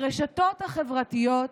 ברשתות החברתיות,